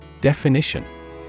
Definition